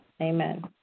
Amen